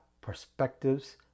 perspectives